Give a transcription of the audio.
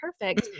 perfect